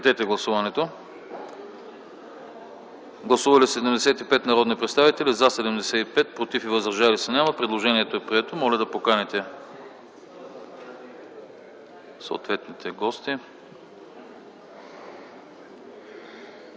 Предложението е прието. Моля да поканите съответните гости.